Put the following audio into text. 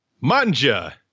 Manja